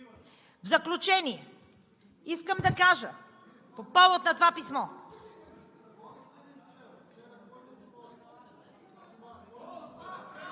В заключение искам да кажа по повод на това писмо…